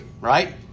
right